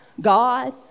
God